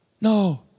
No